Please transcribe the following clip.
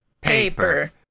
paper